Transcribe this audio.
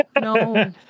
no